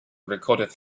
recorded